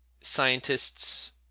scientists